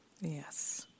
Yes